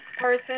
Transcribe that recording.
person